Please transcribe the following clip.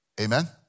Amen